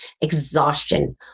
Exhaustion